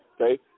Okay